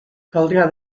caldrà